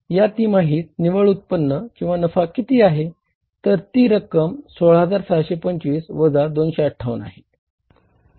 या तिमाहीत निव्वळ उत्पन्न नफा किती आहे तर ती रक्कम 16625 वजा 258 आहे